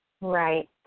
Right